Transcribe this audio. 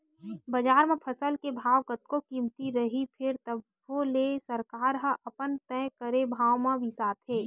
बजार म फसल के भाव कतको कमती रइही फेर तभो ले सरकार ह अपन तय करे भाव म बिसाथे